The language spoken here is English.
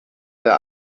their